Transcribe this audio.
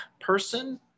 person